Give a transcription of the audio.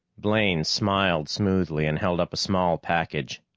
blane smiled smoothly and held up a small package.